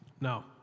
Now